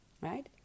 right